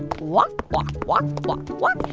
walk, walk, walk, walk, walk.